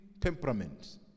temperament